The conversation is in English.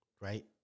right